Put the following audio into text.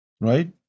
right